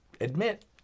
admit